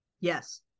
Yes